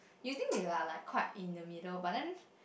you think they are quite in the middle but then